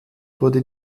wurde